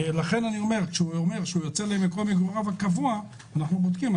לכן כשהוא אומר שהוא יוצא למקום מגוריו הקבוע אנחנו בודקים.